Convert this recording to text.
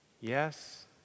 yes